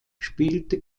spielte